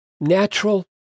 natural